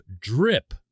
drip